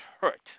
hurt